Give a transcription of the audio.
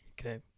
Okay